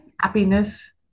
happiness